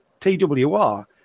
TWR